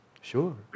sure